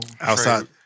outside